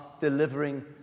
delivering